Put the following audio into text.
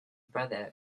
brother